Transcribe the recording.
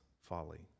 folly